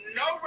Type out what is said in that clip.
no